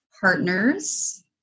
partners